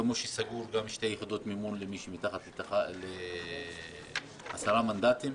וכמו שסגור גם שתי יחידות מימון למי שמתחת ל-10 מנדטים.